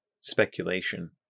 speculation